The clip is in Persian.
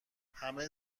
همه